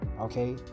okay